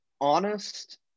honest